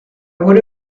would